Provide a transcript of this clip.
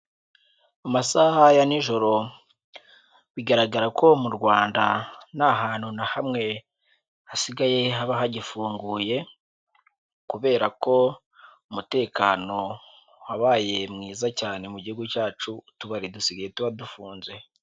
Amasaha ya n'ijoro, bigaragara ko mu Rwanda, nta hantu na hamwe hasigaye haba hagifunguye, kubera ko umutekano wabaye mwiza cyane mu gihugu cyacu, utubari dusigaye tuba dufunze.